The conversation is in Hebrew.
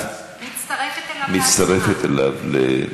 אני מצטרפת אליו להצעה.